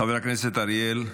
חבר הכנסת אריאל קלנר,